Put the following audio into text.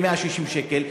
ל-160 שקל.